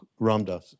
Ramdas